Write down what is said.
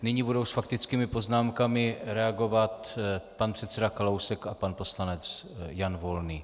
Nyní budou s faktickými poznámkami reagovat pan předseda Kalousek a pan poslanec Jan Volný.